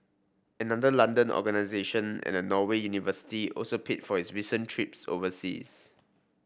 another London organisation and a Norway university also paid for his recent trips overseas